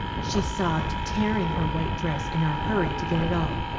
she sobbed, tearing her white dress in her hurry to get it off.